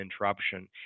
interruption